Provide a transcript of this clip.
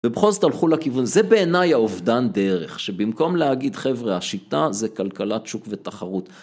ובכל זאת הלכו לכיוון. זה בעיניי האובדן דרך. שבמקום להגיד חברה השיטה זה כלכלת שוק ותחרות.